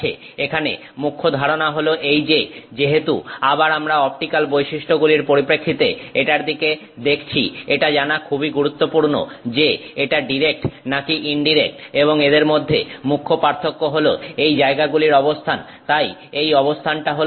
এখানে মুখ্য ধারণা হলো এই যে যেহেতু আবার আমরা অপটিক্যাল বৈশিষ্ট্যগুলির পরিপ্রেক্ষিতে এটার দিকে দেখছি এটা জানা খুবই গুরুত্বপূর্ণ যে এটা ডিরেক্ট নাকি ইনডিরেক্ট এবং এদের মধ্যে মুখ্য পার্থক্য হলো এই জায়গাগুলির অবস্থান তাই এই অবস্থানটা হলো এখানে